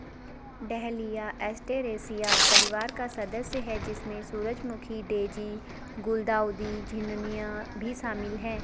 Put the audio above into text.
dahlia Asteraceae परिवार का सदस्य है, जिसमें सूरजमुखी, डेज़ी, गुलदाउदी, झिननिया भी शामिल है